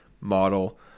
model